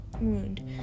wound